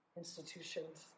institutions